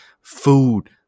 food